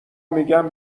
میگم